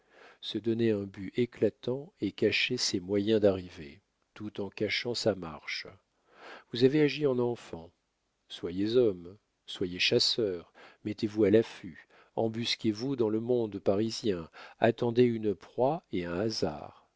se donner un but éclatant et cacher ses moyens d'arriver tout en cachant sa marche vous avez agi en enfant soyez homme soyez chasseur mettez-vous à l'affût embusquez vous dans le monde parisien attendez une proie et un hasard